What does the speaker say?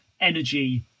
energy